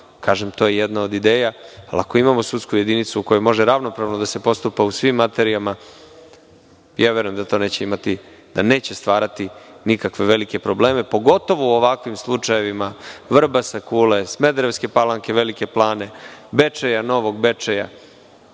i to je jedna od ideja, ali ako imamo sudsku jedinicu kojom može ravnopravno da se postupa u svim materijama, ja verujem da to neće stvarati nikakve velike probleme, pogotovo u ovakvim slučajevima, Vrbasa, Kule, Smederevske Palanke, Velike Plane, Bečeja, Novog Bečeja.